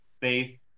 Faith